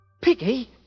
Piggy